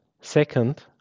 second